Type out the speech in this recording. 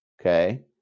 okay